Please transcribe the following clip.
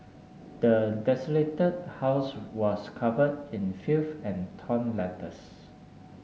the desolated house was covered in filth and torn letters